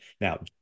Now